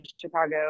Chicago